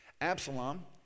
Absalom